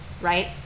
Right